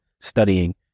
studying